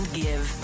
give